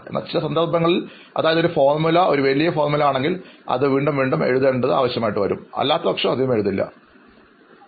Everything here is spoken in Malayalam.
എന്നാൽ ചില സന്ദർഭങ്ങളിൽ അതായത് ഒരു ഫോർമുല അത് വലിയ ഒരു ഫോർമുല ആണെങ്കിൽ അതിൽ വീണ്ടും വീണ്ടും എഴുതേണ്ടത് ആയി വരും അല്ലാത്തപക്ഷം എഴുത്ത് കുറവാണ്